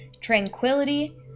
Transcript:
tranquility